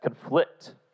conflict